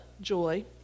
joy